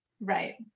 Right